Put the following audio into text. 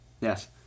Yes